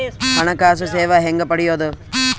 ಹಣಕಾಸು ಸೇವಾ ಹೆಂಗ ಪಡಿಯೊದ?